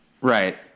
Right